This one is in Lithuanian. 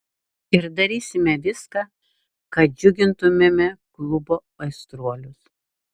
ir darysime viską kad džiugintumėme klubo aistruolius